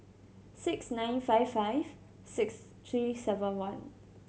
six nine five five six three seven one